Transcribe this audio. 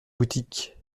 boutique